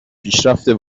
پیشرفت